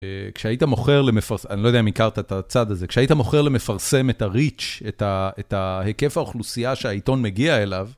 כשהיית מוכר למפרס... אני לא יודע אם הכרת את הצד הזה... כשהיית מוכר למפרסם את ה-reach, את ההיקף האוכלוסייה שהעיתון מגיע אליו...